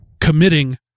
committing